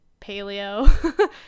paleo